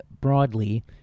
broadly